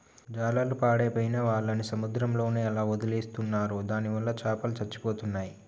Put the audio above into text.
జాలర్లు పాడైపోయిన వాళ్ళని సముద్రంలోనే అలా వదిలేస్తున్నారు దానివల్ల చాపలు చచ్చిపోతున్నాయి